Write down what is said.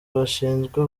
bashinzwe